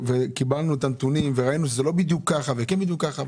קיבלנו את הנתונים וראינו שזה לא בדיוק כך וכן בדיוק כך,